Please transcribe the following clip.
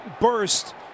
burst